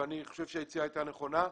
ואני חושב שהיציאה הייתה נכונה,